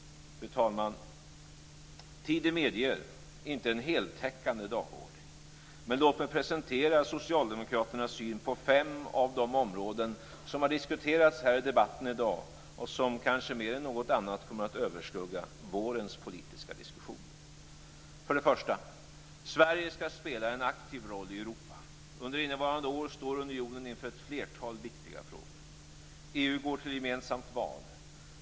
Fru talman! Tiden medger inte en heltäckande dagordning. Men låt mig presentera Socialdemokraternas syn på fem av de områden som har diskuterats här i debatten i dag och som kanske mer än något annat kommer att överskugga vårens politiska diskussion. För det första: Sverige skall spela en aktiv roll i Europa. Under innevarande år står unionen inför ett flertal viktiga frågor. EU går till gemensamt val.